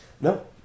No